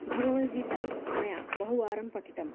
भगवद्गीता मया बहुवारं पठिता